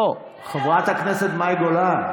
לא, חברת הכנסת מאי גולן.